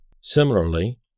Similarly